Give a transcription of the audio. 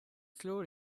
slower